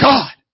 God